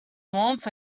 warmth